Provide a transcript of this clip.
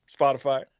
spotify